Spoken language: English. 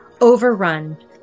overrun